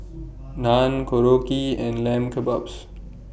Naan Korokke and Lamb Kebabs